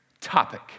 topic